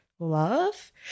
love